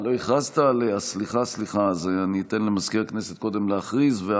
אני אתן למזכיר הכנסת קודם להכריז.